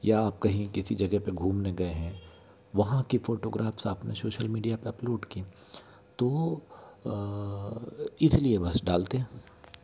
या आप कहीं आप किसी जगेह पर घूमने गए हैं वहाँ की फोटोग्राफ़्स आप ने सोशल मीडिया पर अपलोड की तो इस लिए बस डालते हैं